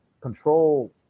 control